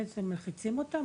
מלחיצים אותם?